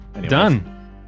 Done